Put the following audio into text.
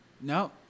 No